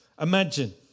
Imagine